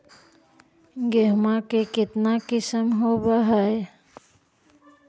गेहूमा के कितना किसम होबै है?